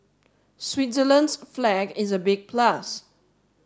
Switzerland's flag is a big plus